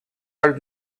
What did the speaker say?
are